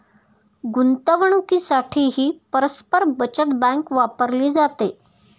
गुंतवणुकीसाठीही परस्पर बचत बँक वापरली जाते